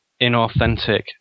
inauthentic